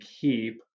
keep